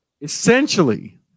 essentially